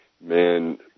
man